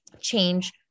change